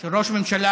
של ראש ממשלה,